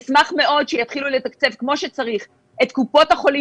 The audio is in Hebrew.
אשמח מאוד שיתחילו לתקצב כמו שצריך את קופות-החולים